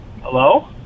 Hello